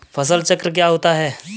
फसल चक्र क्या होता है?